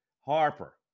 Harper